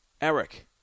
Eric